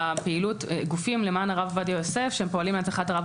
פעילות גופים למען הרב עובדיה יוסף שהם פועלים להנצחת הרב